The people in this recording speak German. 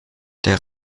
der